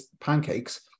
pancakes